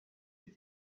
that